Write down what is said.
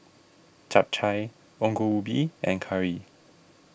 Chap Chai Ongol Ubi and curry